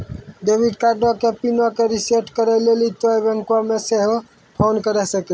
debit कार्डो के पिनो के रिसेट करै लेली तोंय बैंको मे सेहो फोन करे सकै छो